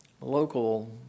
local